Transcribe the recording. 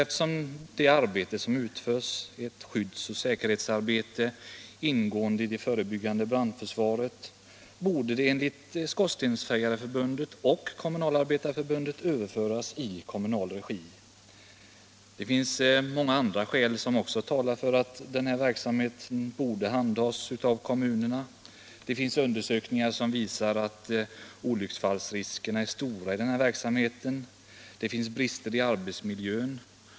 Eftersom det arbete som det gäller är ett skyddsoch säkerhetsarbete ingående i det förebyggande brandförsvaret, borde det enligt Svenska skorstensfejareförbundet och Kommunalarbetareförbundet överföras i kommunal regi. Det finns många andra skäl om talar för att denna verksamhet borde handhas av kommunerna. Undersökningar visat att olycksfallsriskerna är stora och att det finns brister i arbetsmiljön.